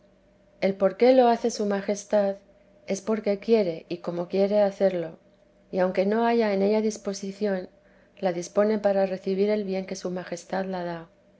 el por qué lo hace su majestad es porque quiere y como quiere hacerlo y aunque no haya en ella disposición la dispone para recibir el bien que su majestad la